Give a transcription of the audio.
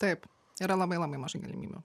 taip yra labai labai mažai galimybių